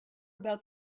about